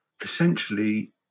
Essentially